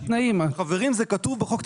זה כתוב בחוק,